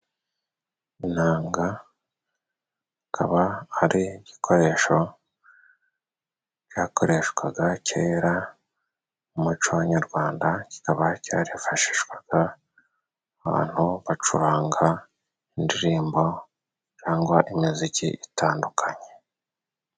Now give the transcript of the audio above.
Inanga ikaba ari igikoresho cyakoreshwaga cera mu muco w'abanyarwanda, kikaba cyarifashishwaga abantu bacuranga indirimbo cangwa imiziki itandukanye.